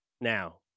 now